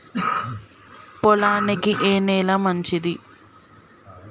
పొలానికి ఏ నేల మంచిది?